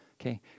okay